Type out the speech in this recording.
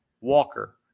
Walker